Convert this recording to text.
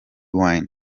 wine